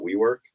WeWork